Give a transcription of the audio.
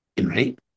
right